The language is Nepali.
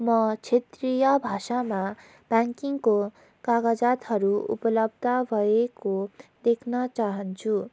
म क्षेत्रीय भाषामा ब्याङ्किङको कागजातहरू उपलब्ध भएको देख्न चाहन्छु